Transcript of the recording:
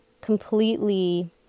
completely